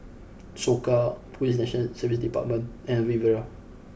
Soka Police National Service Department and Riviera